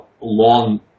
long